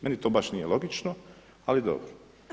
Meni to baš nije logično, ali dobro.